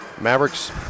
Mavericks